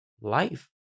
life